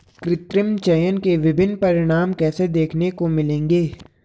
कृत्रिम चयन के विभिन्न परिणाम कैसे देखने को मिलेंगे?